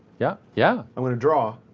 yeah yeah. i'm going to draw.